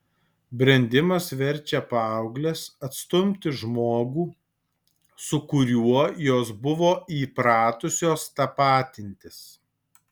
brendimas verčia paaugles atstumti žmogų su kuriuo jos buvo įpratusios tapatintis